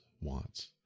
wants